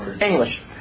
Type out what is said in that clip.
English